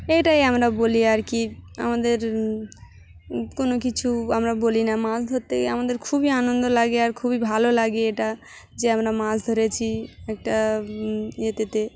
এটাই আমরা বলি আর কি আমাদের কোনো কিছু আমরা বলি না মাছ ধরতে গ আমাদের খুবই আনন্দ লাগে আর খুবই ভালো লাগে এটা যে আমরা মাছ ধরেছি একটা ইয়েতেতে